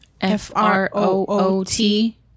F-R-O-O-T